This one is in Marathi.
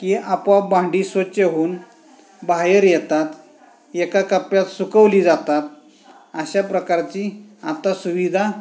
की आपोआप भांडी स्वच्छ होऊन बाहेर येतात एका कप्प्यात सुकवली जातात अशा प्रकारची आता सुविधा